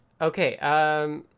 Okay